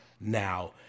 now